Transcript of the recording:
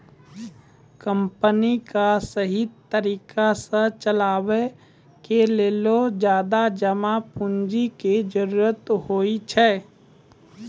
company क सहि तरिका सह चलावे के लेलो ज्यादा जमा पुन्जी के जरुरत होइ छै